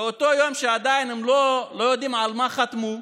באותו יום, כשעדיין הם לא יודעים על מה חתמו,